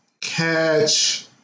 catch